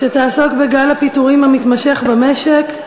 שיעסקו בגל הפיטורים המתמשך במשק,